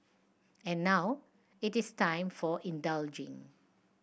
and now it is time for indulging